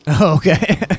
okay